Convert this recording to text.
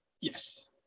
Yes